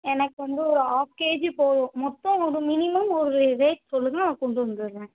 எனக்கு வந்து ஒரு ஹாஃப் கேஜி போதும் மொத்தம் ஒரு மினிமம் ஒரு ரேட் சொல்லுங்க நான் கொண்டு வந்துடறேன்